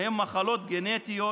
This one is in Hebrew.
הן מחלות גנטיות.